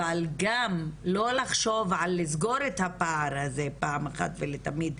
אבל גם לא לחשוב על לסגור את הפער הזה פעם אחת ולתמיד,